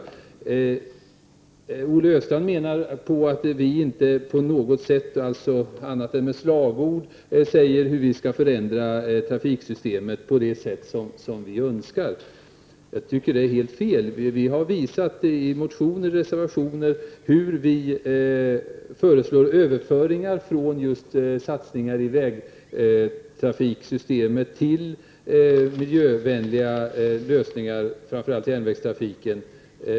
Olle Östrand menar att vi inte på något sätt, annat än med slagord, säger hur vi vill ändra trafiksystemet. Detta är helt fel. Vi har visat i motioner och i reservationer hur vi föreslår överföringar från just satsningar på vägtrafiksystemet till miljövänliga lösningar, framför allt järnvägstrafiken.